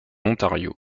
ontario